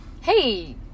Hey